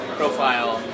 profile